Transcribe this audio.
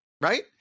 right